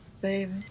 Baby